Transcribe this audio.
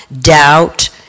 doubt